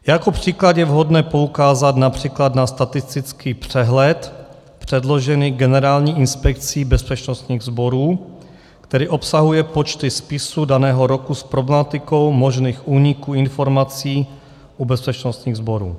Jako příklad je vhodné poukázat např. na statistický přehled předložený Generální inspekcí bezpečnostních sborů, který obsahuje počty spisů daného roku s problematikou možných úniků informací u bezpečnostních sborů.